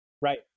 Right